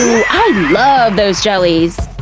i love those jellies.